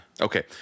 Okay